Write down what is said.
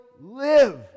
live